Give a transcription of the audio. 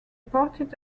parted